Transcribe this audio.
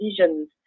visions